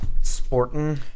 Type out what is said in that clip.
Sporting